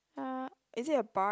uh is it a bark